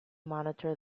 monitor